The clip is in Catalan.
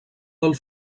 del